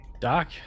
Doc